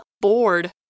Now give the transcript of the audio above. bored